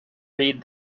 read